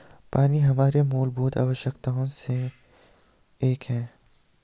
पानी हमारे मूलभूत आवश्यकताओं में से एक है